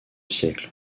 siècle